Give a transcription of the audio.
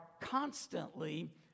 constantly